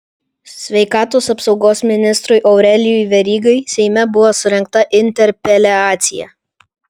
sveikatos apsaugos ministrui aurelijui verygai seime buvo surengta interpeliacija